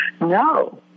no